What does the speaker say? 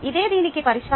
ఇదే దీనికి పరిష్కారం